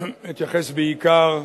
אני אתייחס בעיקר,